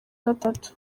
gatatu